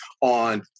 on